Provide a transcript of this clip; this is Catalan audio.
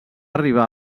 arribar